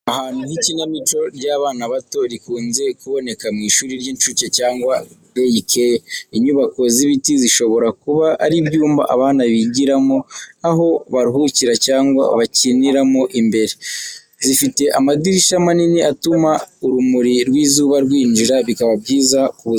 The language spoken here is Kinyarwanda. Ahantu h’ikinamico ry’abana bato, rikunze kuboneka mu ishuri ry’incuke cyangwa day care. Inyubako z'ibiti zishobora kuba ari ibyumba abana bigiramo, aho baruhukira cyangwa bakiniramo imbere. Zifite amadirishya manini atuma urumuri rw'izuba rwinjira, bikaba byiza ku buzima bw’abana.